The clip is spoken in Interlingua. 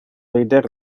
vider